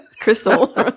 crystal